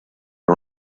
the